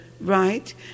Right